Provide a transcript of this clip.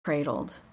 cradled